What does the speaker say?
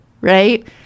right